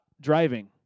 driving